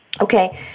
Okay